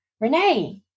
Renee